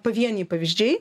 pavieniai pavyzdžiai